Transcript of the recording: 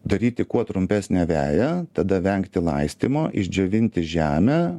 daryti kuo trumpesnę veją tada vengti laistymo išdžiovinti žemę